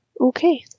Okay